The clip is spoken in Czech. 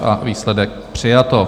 A výsledek: přijato.